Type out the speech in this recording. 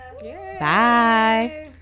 Bye